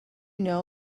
know